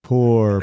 Poor